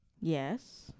Yes